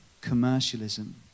commercialism